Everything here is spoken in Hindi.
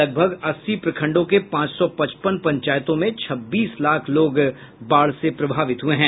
लगभग अस्सी प्रखंडों के पांच सौ पचपन पंचायतों में छब्बीस लाख लोग बाढ़ से प्रभावित हुए है